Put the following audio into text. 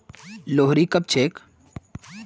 लोहड़ी कब छेक